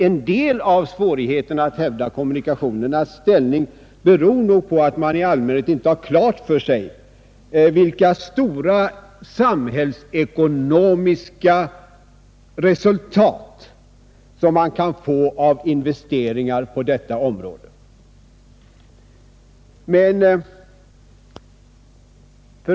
En del av svårigheterna att hävda kommunikationernas ställning torde nämligen bero på att man i allmänhet inte har klart för sig vilka stora samhällsekonomiska resultat som investeringar på detta område kan ge.